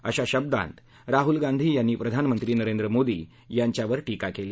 अशा शब्दांत राहुल गांधी यांनी प्रधानमंत्री नरेंद्र मोदी यांच्यावर टीका केली